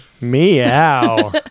Meow